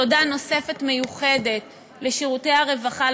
תודה נוספת מיוחדת לשירותי הרווחה,